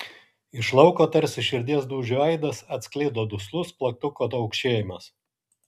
iš lauko tarsi širdies dūžių aidas atsklido duslus plaktuko taukšėjimas